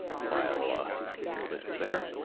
file ah list there.